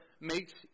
makes